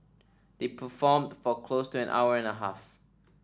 they performed for close to an hour and a half